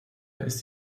ist